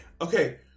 okay